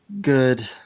good